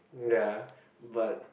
ya but